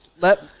let